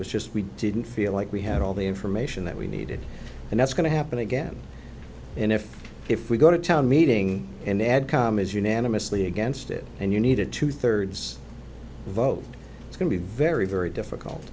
was just we didn't feel like we had all the information that we needed and that's going to happen again and if if we go to town meeting and add come as unanimously against it and you need a two thirds vote it's going to be very very difficult